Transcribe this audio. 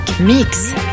Mix